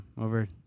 Over